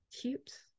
Cute